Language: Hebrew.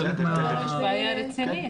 יש בעיה רצינית.